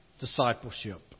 discipleship